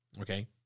okay